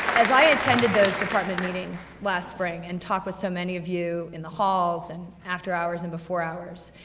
as i attended those department meetings last spring, and talked with so many of you in the halls, and after hours and before hours,